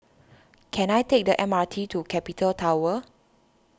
can I take the M R T to Capital Tower